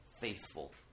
faithful